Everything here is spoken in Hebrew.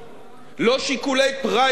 לא שיקולי פריימריס.